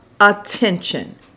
attention